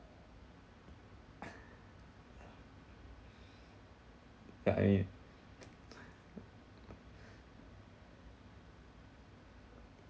yeah I mean